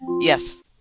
Yes